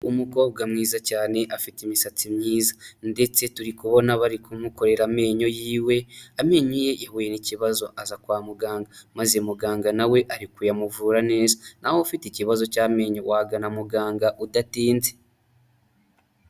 Umukobwa mwiza cyane afite imisatsi myiza ndetse turi kubona bari kumukorera amenyo yiwe, amenyo ye yahuye n'ikibazo aza kwa muganga maze muganga na we ari kuyamuvura neza, nawe ufite ikibazo cy'amenyo wagana muganga udatinze.